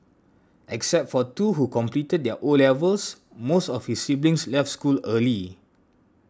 except for two who completed their O levels most of his siblings left school early